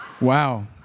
wow